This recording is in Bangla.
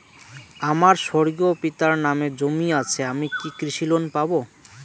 আমার স্বর্গীয় পিতার নামে জমি আছে আমি কি কৃষি লোন পাব?